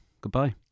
Goodbye